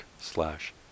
slash